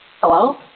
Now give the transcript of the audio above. Hello